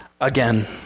again